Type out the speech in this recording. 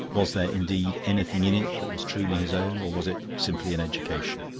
was there, indeed, anything in it that was truly his own, or was it simply an education?